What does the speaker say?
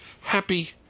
happy